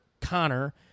Connor